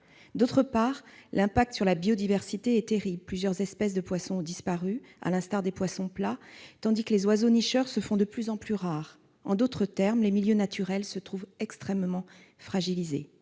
d'eau. Quant à l'impact sur la biodiversité, il est terrible : plusieurs espèces de poissons, à l'instar des poissons plats, ont disparu, tandis que les oiseaux nicheurs se font de plus en plus rares. En d'autres termes, les milieux naturels se trouvent extrêmement fragilisés.